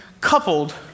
coupled